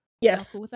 Yes